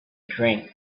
drink